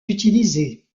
utilisé